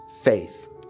faith